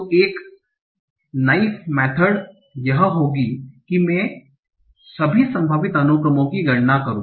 तो 1 naive method यह होगी कि मैं सभी संभावित अनुक्रमों की गणना करूं